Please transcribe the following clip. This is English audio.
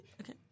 Okay